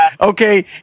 Okay